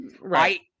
right